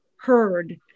heard